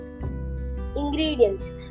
ingredients